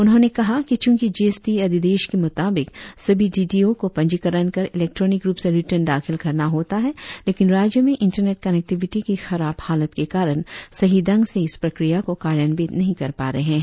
उन्होंने कहा कि चूंकि जी एस टी अधिदेश के मुताबिक सभी डी डी ओ को पंजीकरण कर इलेक्ट्रॉनिक रुप से रिटर्न दाखिल करना होता है लेकिन राज्य में इंटरनेट कनेक्टिविटी की खराब हालत के कारण सही ढंग से इस प्रक्रिया को कार्यान्वित नही कर पा रहे है